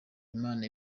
imana